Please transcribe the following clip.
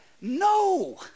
No